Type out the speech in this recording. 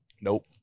Nope